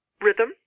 Rhythm